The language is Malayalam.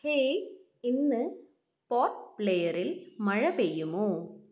ഹേയ് ഇന്ന് പോർട്ട് ബ്ലെയറിൽ മഴ പെയ്യുമോ